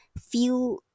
feel